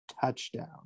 touchdown